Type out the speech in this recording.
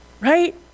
Right